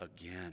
again